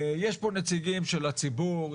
יש פה נציגים של הציבור,